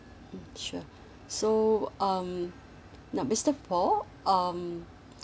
mm sure so um now mister poh um